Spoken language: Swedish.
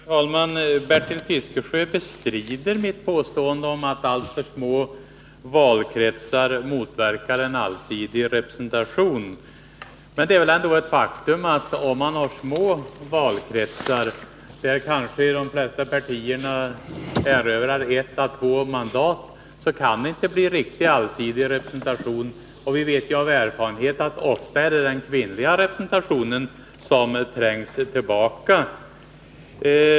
Herr talman! Herr Fiskesjö bestrider mitt påstående att alltför små valkretsar motverkar en allsidig representation. Men det är väl ett faktum att det, om man har små valkretsar där kanske flera av partierna erövrar ett å två mandat, inte kan bli en allsidig representation. Vi vet av erfarenhet att det ofta är den kvinnliga representationen som därvid trängs tillbaka.